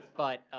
but,